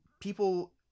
people